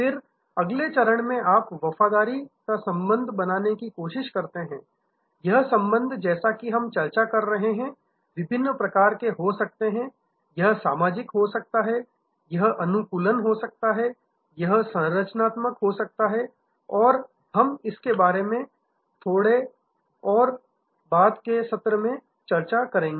फिर अगले चरण में आप वफादारी का संबंध बनाने की कोशिश करते हैं यह संबंध जैसा कि हम चर्चा कर रहे हैं विभिन्न प्रकार के हो सकते हैं यह सामाजिक हो सकता है यह अनुकूलन हो सकता है यह संरचनात्मक हो सकता है और हम इसके बारे में थोड़ा और बाद के सत्र में चर्चा करेंगे